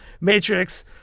matrix